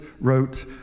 wrote